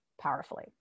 powerfully